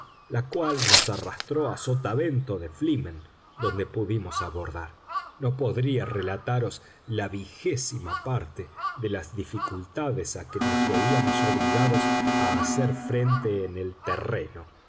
la cual nos arrastró a sotavento de flimen donde pudimos abordar no podría relataros la vigésima parte de las dificultades a que nos veíamos obligados a hacer frente en el terreno